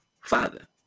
Father